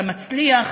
אתה מצליח